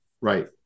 Right